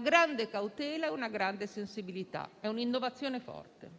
grande cautela e grande sensibilità. È un'innovazione forte.